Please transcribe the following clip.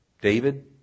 David